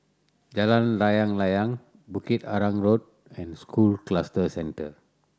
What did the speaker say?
Jalan Layang Layang Bukit Arang Road and School Cluster Centre